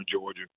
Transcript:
Georgia